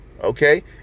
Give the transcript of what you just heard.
Okay